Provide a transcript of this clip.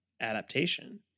adaptation